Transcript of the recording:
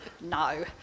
no